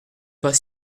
pas